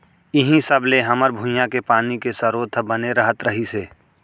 इहीं सब ले हमर भुंइया के पानी के सरोत ह बने रहत रहिस हे